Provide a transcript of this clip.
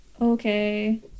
Okay